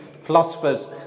philosophers